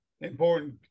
important